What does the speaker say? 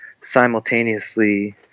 simultaneously